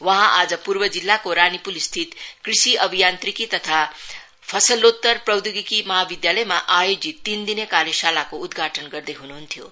वहाँ आज पूर्व जिल्लाको रानीपूलस्थित कृषि अभियान्त्रिकी तथा फसलोत्तर प्रौधोगिकी महाविद्यालयमा आयोजत तीन दिने कार्यशालाको उद्घाटन गर्दै हुनुहुन्थ्यो